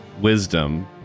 wisdom